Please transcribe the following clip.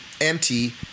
empty